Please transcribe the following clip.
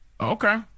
Okay